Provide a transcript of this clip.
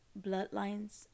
bloodlines